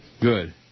Good